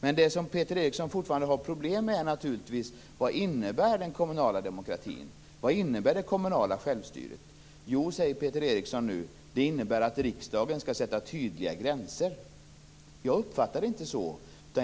Det som Peter Eriksson fortfarande har problem med är: Vad innebär den kommunala demokratin? Vad innebär det kommunala självstyret? Jo, säger Peter Eriksson nu, det innebär att riksdagen skall sätta tydliga gränser. Jag uppfattar det inte så.